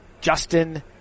Justin